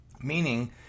meaning